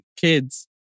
kids